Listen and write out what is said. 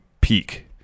peak